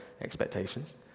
expectations